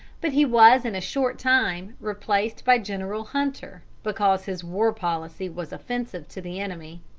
but he was in a short time replaced by general hunter, because his war policy was offensive to the enemy.